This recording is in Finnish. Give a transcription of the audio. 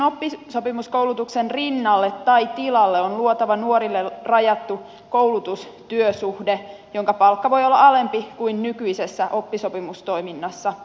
nykyisen oppisopimuskoulutuksen rinnalle tai tilalle on luotava nuorille rajattu koulutustyösuhde jonka palkka voi olla alempi kuin nykyisessä oppisopimustoiminnassa